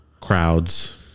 crowds